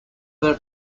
their